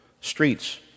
streets